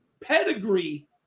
pedigree